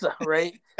right